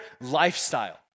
lifestyle